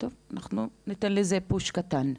מעולה, טוב, אנחנו ניתן לזה פוש קטן.